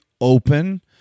open